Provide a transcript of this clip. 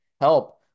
help